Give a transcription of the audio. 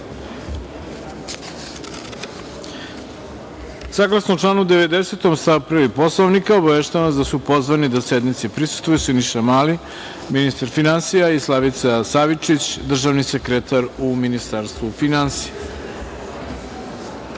redu. Saglasno članu 90. stav 1. Poslovnika obaveštavam vas da su pozvani da sednici prisustvuju Siniša Mali, ministar finansija, i Slavica Savičić, državni sekretar u Ministarstvu finansija. Molim